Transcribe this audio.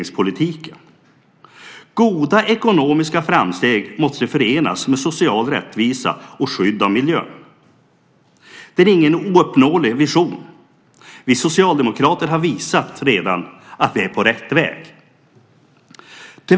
Goda ekonomiska framsteg måste förenas med social rättvisa och skydd av miljön. Det är ingen ouppnåelig vision. Vi socialdemokrater har redan visat att vi är på rätt väg.